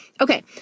Okay